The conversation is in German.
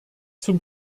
zum